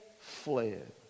fled